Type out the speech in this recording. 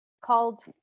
called